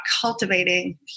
cultivating